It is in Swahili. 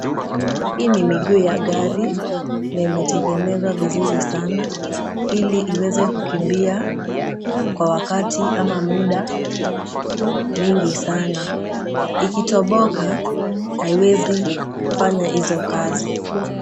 Hii ni miguu ya gari na imetengenezwa vizuri sana, ili iweze kukimbia kwa wakati au muda mwingi sana. Ikitoboka haiwezi kufanya hizo kazi.